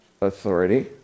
authority